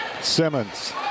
Simmons